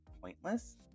pointless